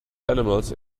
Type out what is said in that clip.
animals